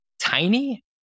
Tiny